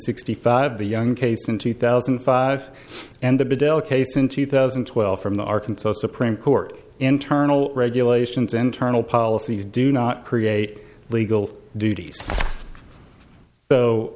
sixty five the young case in two thousand and five and the bedel case in two thousand and twelve from the arkansas supreme court internal regulations internal policies do not create legal dut